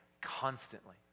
constantly